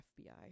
FBI